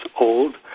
old